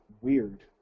weird